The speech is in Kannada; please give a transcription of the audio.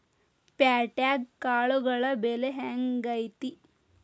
ಪ್ಯಾಟ್ಯಾಗ್ ಕಾಳುಗಳ ಬೆಲೆ ಹೆಂಗ್ ಐತಿ?